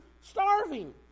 starving